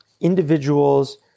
individuals